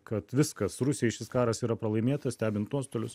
kad viskas rusijai šis karas yra pralaimėtas stebint nuostolius